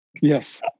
Yes